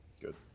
Good